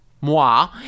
moi